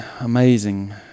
amazing